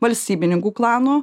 valstybininkų klano